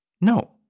No